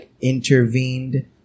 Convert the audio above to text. intervened